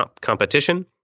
competition